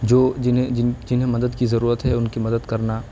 جو جنہیں جن جنہیں مدد کی ضرورت ہے ان کی مدد کرنا